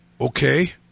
Okay